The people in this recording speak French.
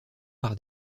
par